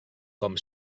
com